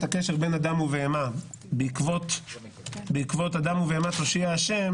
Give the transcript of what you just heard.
הקשר בין אדם לבהמה - בעקבות אדם ובהמה תושיע ה',